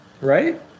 Right